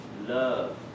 love